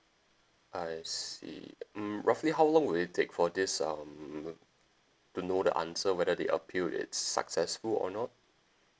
I see mm roughly how long will it take for this um mm to know the answer whether the appeal is successful or not